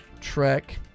Trek